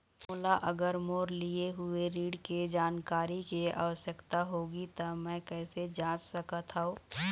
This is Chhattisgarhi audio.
मोला अगर मोर लिए हुए ऋण के जानकारी के आवश्यकता होगी त मैं कैसे जांच सकत हव?